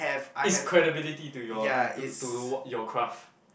is credibility to your to to your craft